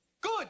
Good